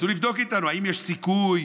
ניסו לבדוק איתנו אם יש סיכוי,